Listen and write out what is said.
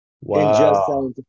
Wow